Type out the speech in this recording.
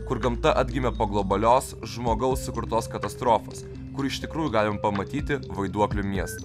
kur gamta atgimė po globalios žmogaus sukurtos katastrofos kur iš tikrųjų galim pamatyti vaiduoklių miestą